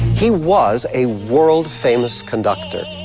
he was a world-famous conductor,